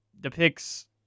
depicts